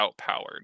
outpowered